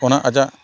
ᱚᱱᱟ ᱟᱭᱟᱜ